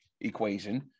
equation